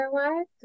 otherwise